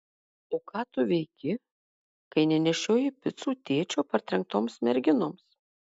o ką tu veiki kai nenešioji picų tėčio partrenktoms merginoms